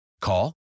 Call